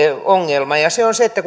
ongelma ja se on se että